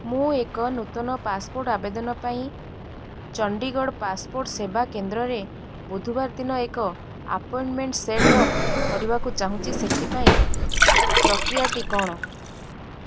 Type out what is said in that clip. ମୁଁ ଏକ ନୂତନ ପାସପୋର୍ଟ ଆବେଦନ ପାଇଁ ଚଣ୍ଡିଗଡ଼ ପାସପୋର୍ଟ ସେବା କେନ୍ଦ୍ରରେ ବୁଧବାର ଦିନ ଏକ ଆପଏଣ୍ଟମେଣ୍ଟ ସେଟ୍ ଅପ୍ କରିବାକୁ ଚାହୁଁଛି ସେଥିପାଇଁ ପ୍ରକ୍ରିୟାଟି କ'ଣ